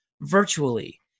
virtually